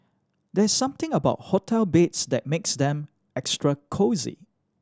there's something about hotel beds that makes them extra cosy